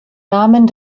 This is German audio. namen